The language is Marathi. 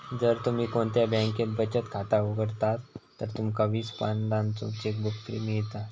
जर तुम्ही कोणत्या बॅन्केत बचत खाता उघडतास तर तुमका वीस पानांचो चेकबुक फ्री मिळता